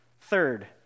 Third